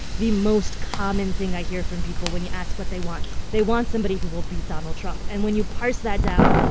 the most common thing i hear from people when you ask what they want they want somebody who will beat donald trump. and when you parse that down,